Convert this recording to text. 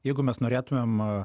jeigu mes norėtumėm